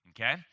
Okay